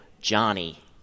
Johnny